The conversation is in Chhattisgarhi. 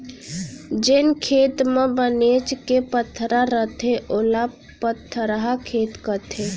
जेन खेत म बनेच के पथरा रथे ओला पथरहा खेत कथें